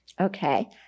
Okay